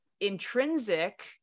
intrinsic